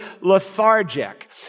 lethargic